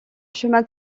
chemin